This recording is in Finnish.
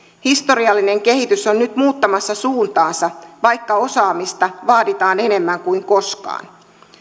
historiallinen kehitys on nyt muuttamassa suuntaansa vaikka osaamista vaaditaan enemmän kuin koskaan